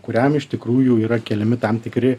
kuriam iš tikrųjų yra keliami tam tikri